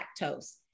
lactose